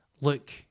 look